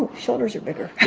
and shoulders are bigger,